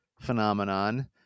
phenomenon